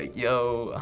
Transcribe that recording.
yo,